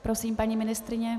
Prosím, paní ministryně.